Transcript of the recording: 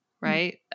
Right